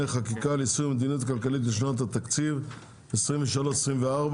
חקיקה ליישום המדיניות הכלכלית לשנות התקציב 2023 ו-2024),